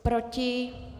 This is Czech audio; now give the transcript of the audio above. Proti?